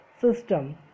system